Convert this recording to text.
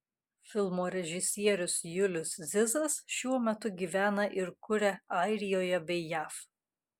filmo režisierius julius zizas šiuo metu gyvena ir kuria airijoje bei jav